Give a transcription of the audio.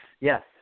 yes